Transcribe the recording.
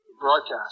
broadcast